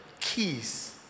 keys